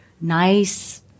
nice